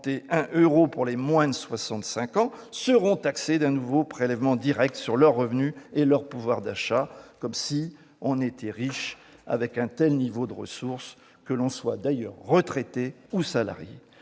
331 euros pour les moins de 65 ans, seront taxés d'un nouveau prélèvement direct sur leur revenu et leur pouvoir d'achat. Comme si on était riche avec un tel niveau de ressources, que l'on soit d'ailleurs retraité ou salarié